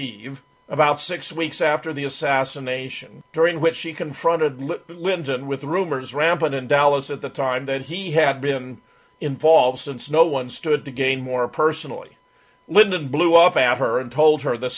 eve about six weeks after the assassination during which she confronted lyndon with the rumors rampant in dallas at the time that he had been involved since no one stood to gain more personally lyndon blew up after her and told her the